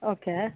okay